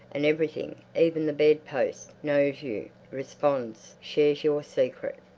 and everything, even the bed-post, knows you, responds, shares your secret.